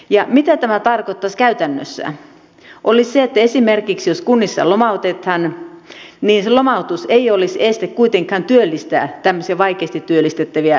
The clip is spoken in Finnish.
ja se mitä tämä tarkoittaisi käytännössä olisi se että esimerkiksi jos kunnissa lomautetaan niin se lomautus ei olisi kuitenkaan este työllistää tämmöisiä vaikeasti työllistettäviä henkilöitä kuntaan